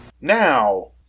Now